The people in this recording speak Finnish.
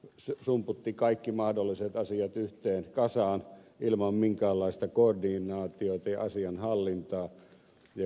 larikka sumputti kaikki mahdolliset asiat yhteen kasaan ilman minkäänlaista koordinaatiota ja asian hallintaa ja kun ed